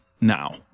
now